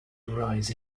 rise